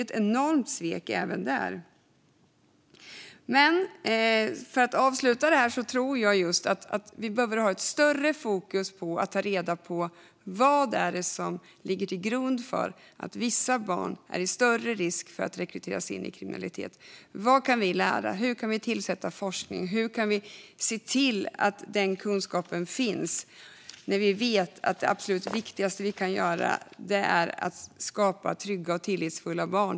Även där blir det ett enormt svek. Avslutningsvis behöver vi ha ett större fokus på att ta reda på vad som ligger till grund för att vissa barn löper större risk att rekryteras in i kriminalitet. Vad kan vi lära? Hur kan vi få fram forskning? Hur kan vi se till att kunskap finns när vi vet att det absolut viktigaste vi kan göra är att skapa trygga och tillitsfulla barn?